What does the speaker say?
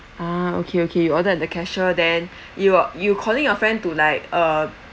ha okay okay you ordered at the cashier then you are you calling your friend to like uh